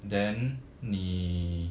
then 你